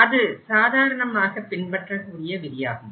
அது சாதாரணமாக பின்பற்றக்கூடிய விதியாகும்